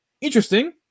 interesting